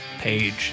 page